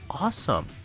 awesome